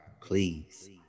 Please